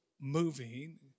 moving